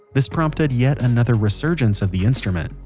this prompted yet another resurgence of the instrument,